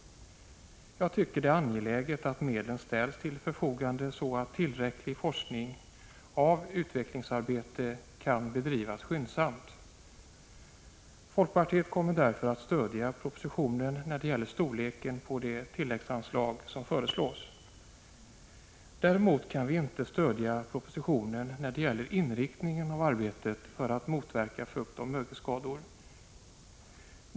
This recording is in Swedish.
Jag tycker det är angeläget att medel ställs till förfogande så att tillräcklig forskning och utvecklingsarbete kan bedrivas skyndsamt. Folkpartiet kommer därför att stödja propositionen när det gäller storleken på de tilläggsanslag som föreslås. Däremot kan vi inte stödja propositionen när det gäller inriktningen av arbetet för att motverka fuktoch mögelskador.